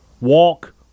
walk